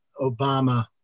Obama